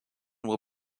will